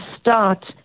start